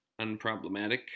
unproblematic